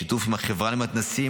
בשיתוף עם החברה למתנ"סים,